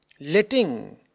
Letting